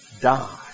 die